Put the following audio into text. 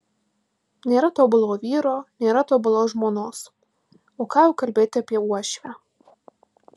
nėra tobulo vyro nėra tobulos žmonos o ką jau kalbėti apie uošvę